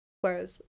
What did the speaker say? whereas